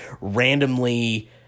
randomly